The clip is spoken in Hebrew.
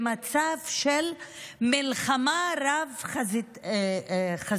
במצב של מלחמה רבת חזיתות.